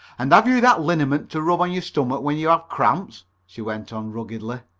and have you that liniment to rub on your stomach when you have cramps? she went on ruggedly.